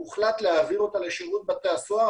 הוחלט להעביר אותה לשירות בתי הסוהר,